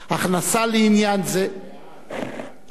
הכנסה לעניין זה, מעל.